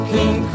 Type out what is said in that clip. King